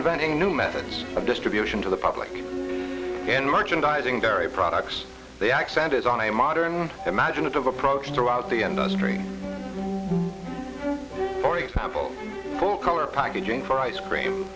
inventing new methods of distribution to the public in merchandising dairy products the accent is on a modern imaginative approach throughout the industry for example full color packaging for ice cream